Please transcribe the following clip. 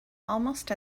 almost